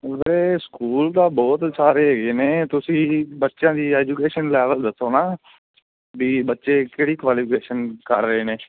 ਉਰੇ ਸਕੂਲ ਤਾਂ ਬਹੁਤ ਸਾਰੇ ਹੈਗੇ ਨੇ ਤੁਸੀਂ ਬੱਚਿਆਂ ਦੀ ਐਜੂਕੇਸ਼ਨ ਲੈਵਲ ਦੱਸੋ ਨਾ ਵੀ ਬੱਚੇ ਕਿਹੜੀ ਕੁਆਲੀਫਿਕੇਸ਼ਨ ਕਰ ਰਹੇ ਨੇ